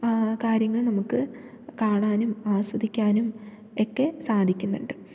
കാര്യങ്ങൾ നമുക്ക് കാണാനും ആസ്വദിക്കാനും ഒക്കെ സാധിക്കുന്ന്ണ്ട്